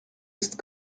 ist